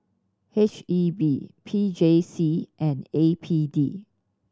H E B P J C and A P D